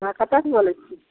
हँ कतऽसँ बोलै छी